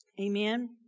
Amen